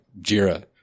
Jira